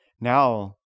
now